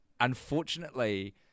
Unfortunately